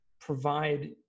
provide